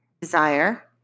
desire